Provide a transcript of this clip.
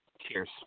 Cheers